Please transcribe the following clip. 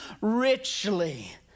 richly